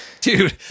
Dude